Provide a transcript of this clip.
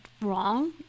wrong